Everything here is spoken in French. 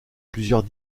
plusieurs